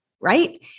right